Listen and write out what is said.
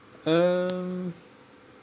um